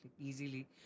easily